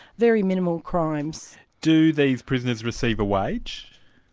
very minimal crimes. do these prisoners receive a wage?